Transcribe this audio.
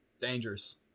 Dangerous